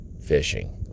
fishing